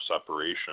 separation